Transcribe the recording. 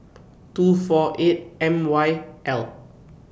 two four eight M Y L